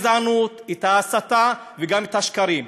את ההסתה וגם את השקרים?